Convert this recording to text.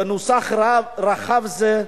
בנוסח רחב זה,